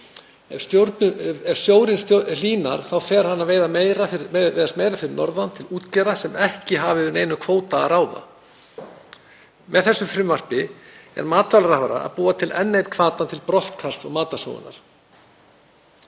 Ef sjórinn hlýnar þá fer hann að veiðast meira fyrir norðan hjá útgerðum sem ekki hafa yfir neinum kvóta að ráða. Með þessu frumvarpi er matvælaráðherra að búa til enn einn hvata til brottkasts og matarsóunar.